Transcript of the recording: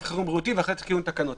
חירום בריאותי ואחרי זה תתקינו תקנות.